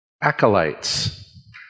acolytes